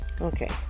Okay